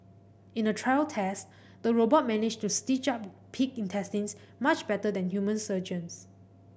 in a trial test the robot managed to stitch up pig intestines much better than human surgeons